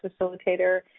facilitator